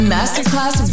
Masterclass